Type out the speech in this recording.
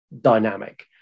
dynamic